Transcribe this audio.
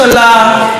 לאלימות פיזית,